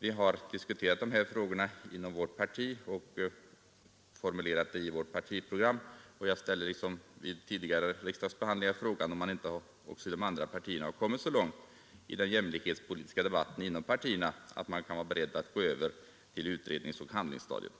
Vi har diskuterat dessa frågor inom vårt parti och formulerat dem i vårt partiprogram, och jag ställer liksom vid tidigare riksdagsbehandlingar frågan om man inte har kommit så långt i den jämlikhetspolitiska debatten inom de andra partierna att man kan vara beredd att gå över till utredningsoch handlingsstadiet.